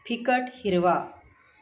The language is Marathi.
फिकट हिरवा